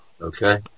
Okay